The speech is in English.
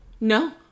No